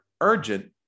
urgent